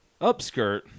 Upskirt